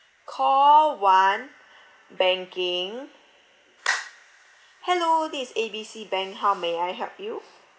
call one banking hello this is A B C bank how may I help you